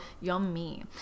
Yummy